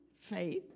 faith